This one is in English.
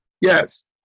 Yes